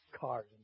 cars